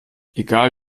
egal